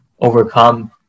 overcome